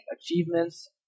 achievements